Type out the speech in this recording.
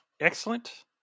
excellent